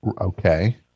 Okay